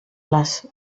les